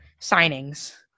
signings